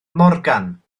morgan